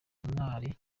umwali